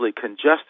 congested